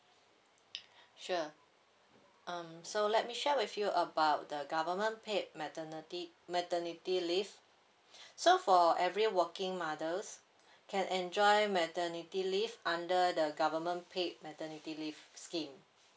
sure um so let me share with you about the government paid maternity maternity leave so for every working mothers can enjoy maternity leave under the government paid maternity leave scheme